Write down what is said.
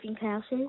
houses